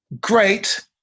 great